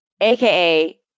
aka